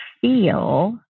feel